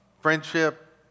friendship